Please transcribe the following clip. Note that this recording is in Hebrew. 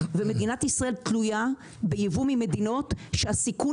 ומדינת ישראל תלויה בייבוא ממדינות שהסיכון